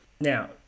Now